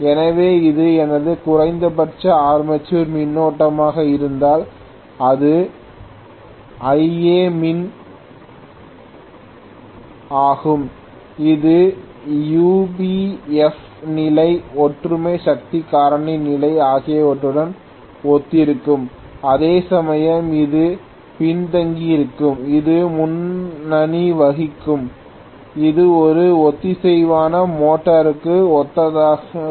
எனவே இது எனது குறைந்தபட்ச ஆர்மேச்சர் மின்னோட்டமாக இருந்தால் இது Iamin ஆகும் இது யுபிஎஃப் நிலை ஒற்றுமை சக்தி காரணி நிலை ஆகியவற்றுடன் ஒத்திருக்கும் அதேசமயம் இது பின்தங்கியிருக்கும் இது முன்னணி வகிக்கும் இது ஒரு ஒத்திசைவான மோட்டருக்கு ஒத்ததாகும்